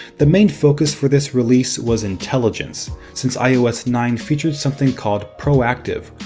the main focus for this release was intelligence. since ios nine featured something called proactive,